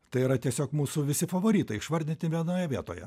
tai yra tiesiog mūsų visi favoritai išvardinti vienoje vietoje